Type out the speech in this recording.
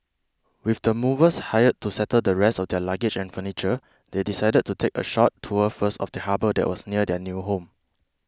with the movers hired to settle the rest of their luggage and furniture they decided to take a short tour first of the harbour that was near their new home